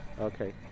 Okay